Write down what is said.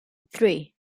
three